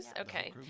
okay